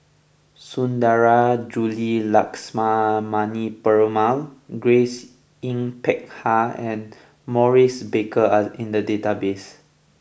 Sundarajulu Lakshmana Perumal Grace Yin Peck Ha and Maurice Baker are in the database